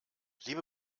liebe